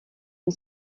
une